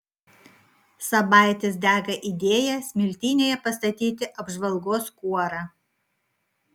sabaitis dega idėja smiltynėje pastatyti apžvalgos kuorą